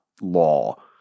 law